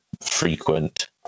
frequent